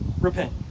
repent